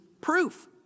proof